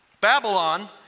Babylon